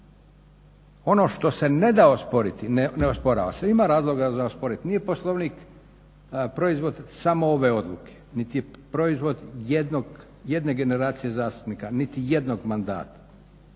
ono što se ne da osporiti, ne osporava se. Ima razloga za osporit, nije Poslovnik proizvod samo ove odluke, niti je proizvod jedne generacije zastupnika, niti jednog mandata.